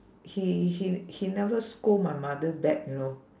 he he he never scold my mother back you know